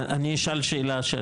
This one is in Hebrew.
ברגע שיש לי חלופה אז אנחנו.